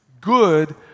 good